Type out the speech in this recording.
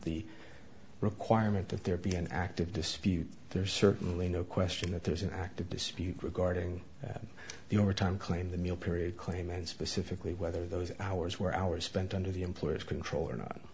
the requirement that there be an active dispute there's certainly no question that there's an active dispute regarding the overtime claim the meal period claim and specifically whether those hours were hours spent under the employer's control or not